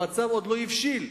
המצב עוד לא הבשיל,